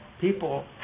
People